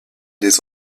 des